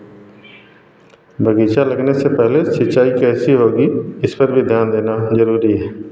बागीचा लगने से पहले सिंचाई कैसी होगी इस पर भी ध्यान देना ज़रूरी है